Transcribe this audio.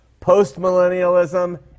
postmillennialism